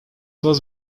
was